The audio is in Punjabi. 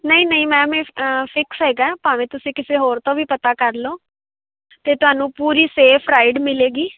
ਨਹੀਂ ਨਹੀਂ ਮੈਮ ਇਹ ਫਿਕਸ ਹੈਗਾ ਭਾਵੇਂ ਤੁਸੀਂ ਕਿਸੇ ਹੋਰ ਤੋਂ ਵੀ ਪਤਾ ਕਰ ਲਓ ਅਤੇ ਤੁਹਾਨੂੰ ਪੂਰੀ ਸੇਫ ਰਾਈਡ ਮਿਲੇਗੀ